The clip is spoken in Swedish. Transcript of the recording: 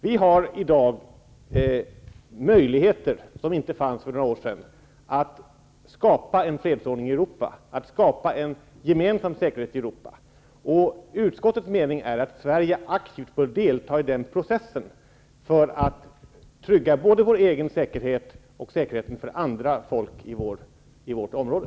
Vi har i dag möjligheter som inte fanns för några år sedan att skapa en fredsordning i Europa, en gemensam säkerhet. Utskottets mening är att Sverige aktivt bör delta i den processen för att trygga vår egen säkerhet och säkerheten för andra folk i vårt område.